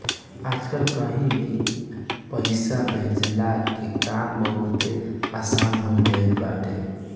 आजकल कहीं भी पईसा भेजला के काम बहुते आसन हो गईल बाटे